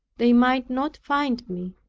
they might not find me.